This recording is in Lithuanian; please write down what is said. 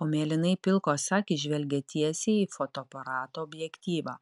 o mėlynai pilkos akys žvelgia tiesiai į fotoaparato objektyvą